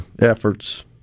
efforts